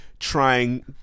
trying